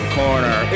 corner